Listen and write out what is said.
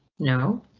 no.